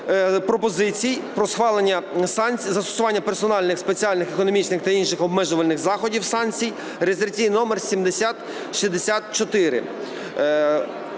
пропозицій про схвалення санкцій, застосування персональних спеціальних економічних та інших обмежувальних заходів (санкцій) (реєстраційний номер 7064).